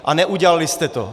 A neudělali jste to.